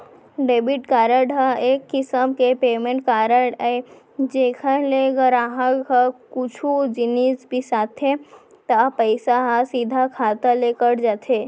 debit card ह एक किसम के पेमेंट कारड अय जेकर ले गराहक ह कुछु जिनिस बिसाथे त पइसा ह सीधा खाता ले कट जाथे